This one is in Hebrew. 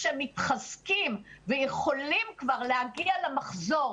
כשהם מתחזקים ויכולים כבר להגיע למחזור